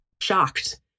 shocked